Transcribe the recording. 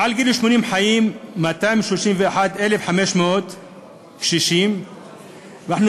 בארץ חיים 231,500 קשישים מעל גיל 80. אנחנו